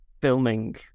filming